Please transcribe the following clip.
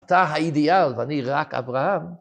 אתה האידיאל ואני רק אברהם.